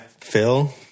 Phil